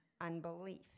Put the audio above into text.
unbelief